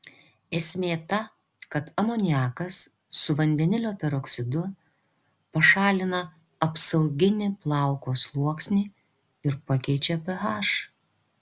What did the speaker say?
esmė ta kad amoniakas su vandenilio peroksidu pašalina apsauginį plauko sluoksnį ir pakeičia ph